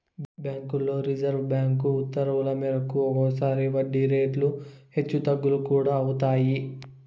బ్యాంకుల్లో reserve bank ఉత్తర్వుల మేరకు ఒక్కోసారి వడ్డీ రేట్లు హెచ్చు తగ్గులు కూడా అవుతాయి